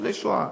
ניצולי שואה,